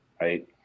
right